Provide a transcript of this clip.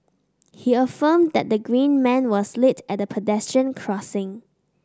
he affirmed that the green man was lit at the pedestrian crossing